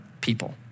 people